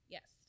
Yes